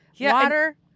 water